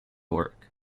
work